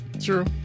True